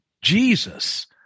Jesus